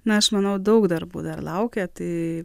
na aš manau daug darbų dar laukia tai